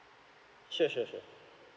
sure sure sure